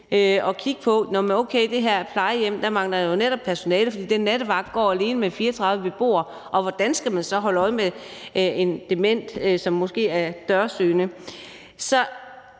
okay, på det her plejehjem mangler der jo netop personale, for den nattevagt går alene med 34 beboere, og hvordan skal vedkommende så holde øje med en dement, som måske er dørsøgende?